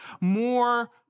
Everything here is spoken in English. more